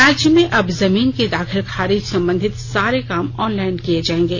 राज्य में अब जमीन के दाखिल खारीज संबंधित सारे काम ऑनलाईन किये जायेंगे